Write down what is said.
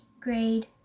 grade